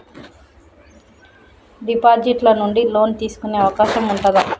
Deposit ల నుండి loan తీసుకునే అవకాశం ఉంటదా?